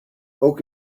oak